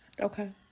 Okay